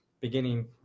beginning